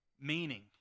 Meaning